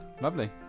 Lovely